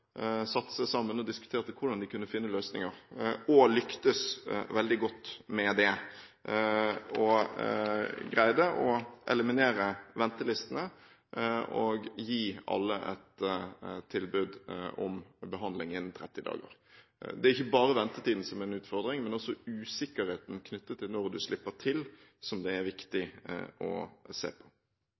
sammen og diskuterte hvordan de kunne finne løsninger. De lyktes veldig godt med det, greide å eliminere ventelistene og gi alle et tilbud om behandling innen 30 dager. Det er ikke bare ventetiden som er en utfordring, men også usikkerheten knyttet til når du slipper til, er det viktig å se på.